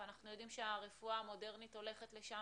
ואנחנו יודעים שהרפואה המודרנית הולכת לשם,